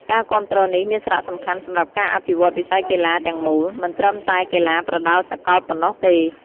ការគាំទ្រនេះមានសារៈសំខាន់សម្រាប់ការអភិវឌ្ឍន៍វិស័យកីឡាទាំងមូល មិនត្រឹមតែកីឡាប្រដាល់សកលប៉ុណ្ណោះទេ។